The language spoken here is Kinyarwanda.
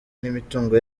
n’imitungo